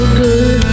good